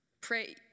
pray